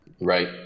right